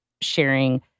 sharing